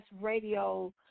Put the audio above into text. radio